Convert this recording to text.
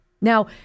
now